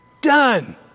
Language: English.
done